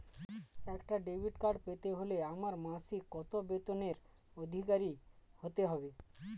একটা debit card পেতে হলে আমার মাসিক কত বেতনের অধিকারি হতে হবে?